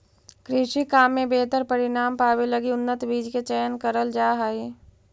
कृषि काम में बेहतर परिणाम पावे लगी उन्नत बीज के चयन करल जा हई